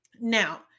Now